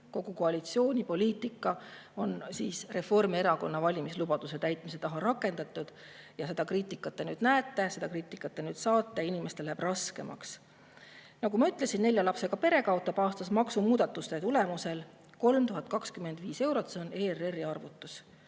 kogu koalitsiooni poliitika on Reformierakonna valimislubaduse täitmise [vankri ette] rakendatud. Ja seda kriitikat te nüüd näete, seda kriitikat te nüüd saate – inimestel läheb raskemaks. Nagu ma ütlesin, nelja lapsega pere kaotab maksumuudatuste tulemusel aastas 3025 eurot, see on ERR‑i arvutus.